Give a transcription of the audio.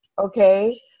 okay